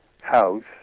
house